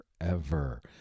forever